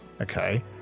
okay